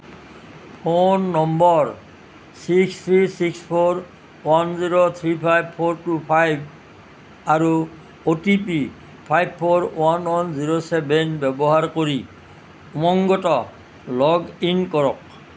phone number six three six four one zero three five four two five আৰু O T P five four one one zero seven ব্যৱহাৰ কৰি উমংগত log in কৰক